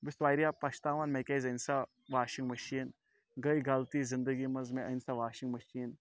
بہٕ چھُس واریاہ پَچھتاوان مےٚ کیازِ أنۍ سۄ واشِنٛگ مِشیٖن گٔیے غلطی زِںدگی منٛز مےٚ أنۍ سۄ واشِنٛگ مِشیٖن